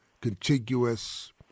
contiguous